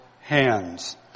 hands